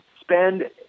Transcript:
spend